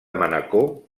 manacor